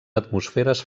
atmosferes